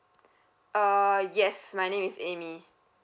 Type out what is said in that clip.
uh yes my name is amy